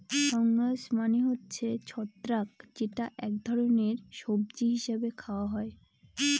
fungus মানে হচ্ছে ছত্রাক যেটা এক ধরনের সবজি হিসেবে খাওয়া হয়